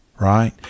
right